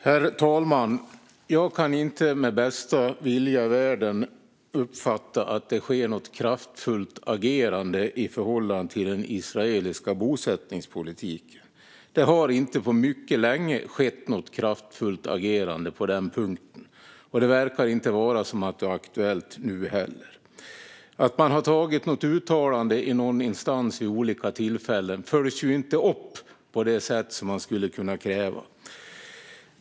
Herr talman! Jag kan inte med bästa vilja i världen uppfatta att det sker något kraftfullt agerande i förhållande till den israeliska bosättningspolitiken. Det har inte på mycket länge skett något kraftfullt agerande på den punkten, och det verkar inte vara aktuellt nu heller. Att man vid olika tillfällen har gjort något uttalande i någon instans följs inte upp på det sätt som skulle kunna krävas.